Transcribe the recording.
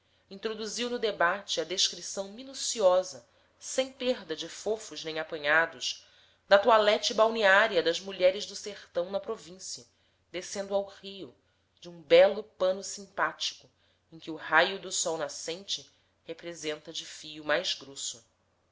introduziu no debate a descrição minuciosa sem perda de fofos nem apanhados da toilette balneária das mulheres do sertão na província descendo ao rio de um belo pano simpático em que o raio do sol nascente representa de fio mais grosso